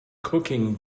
cooking